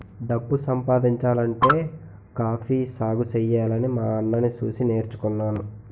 డబ్బు సంపాదించాలంటే కాఫీ సాగుసెయ్యాలని మా అన్నని సూసి నేర్చుకున్నాను